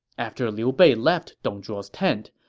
after liu bei left dong zhuo's tent,